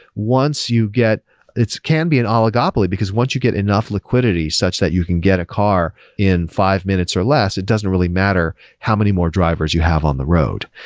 once you get it can be an oligopoly, because once you get enough liquidity such that you can get a car in five minutes or less, it doesn't really matter how many more drivers you have on the road.